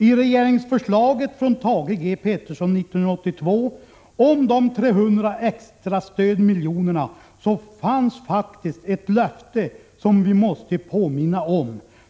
”I regeringsförslaget från Thage G Peterson 1982 om dom 300 extra stödmiljonerna så fanns faktiskt ett löfte som vi måste påminna om.